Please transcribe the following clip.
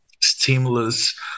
stimulus